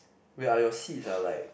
wait are your seeds are like